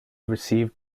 received